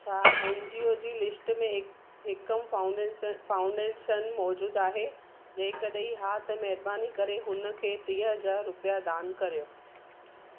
छा N G O जी लिस्ट में ए एकम फाउंडेशन फाउंडेशन मौज़ूदु आहे जेकॾहिं हा त महिरबानी करे उनखे टीह हज़ार रुपिया दान करियो